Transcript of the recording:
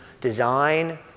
design